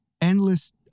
endless